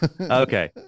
okay